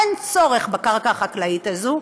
אין צורך בקרקע החקלאית הזאת,